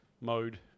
Mode